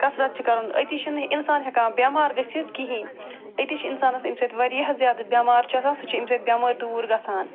کثرت چھِ کرُن أتی چھِنہٕ یہِ اِنسان ہٮ۪کان بٮ۪مار گٔژھِتھ کِہیٖنۍ أتی چھِ اِنسانَس اَمہِ سۭتۍ واریاہ زیادٕ بٮ۪مار چھِ آسان سُہ چھِ اَمہِ سۭتۍ بٮ۪مٲرۍ دوٗر گژھان